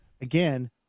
Again